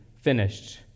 finished